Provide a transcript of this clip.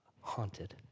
Haunted